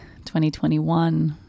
2021